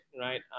right